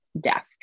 death